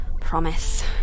Promise